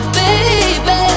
baby